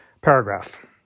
paragraph